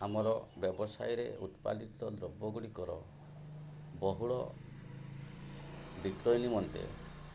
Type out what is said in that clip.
ଆମର ବ୍ୟବସାୟରେ ଉତ୍ପାଦିତ ଦ୍ରବ୍ୟ ଗୁଡ଼ିକର ବହୁଳ ବିକ୍ରୟ ନିମନ୍ତେ